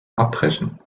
abbrechen